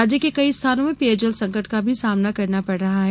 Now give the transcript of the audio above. राज्य के कई स्थानों में पेयजल संकट का भी सामना करना पड़ रहा है